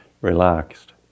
relaxed